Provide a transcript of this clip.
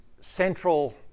central